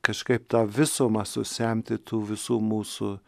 kažkaip tą visumą susemti tų visų mūsų